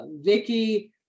Vicky